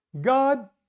God